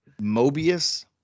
Mobius